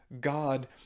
god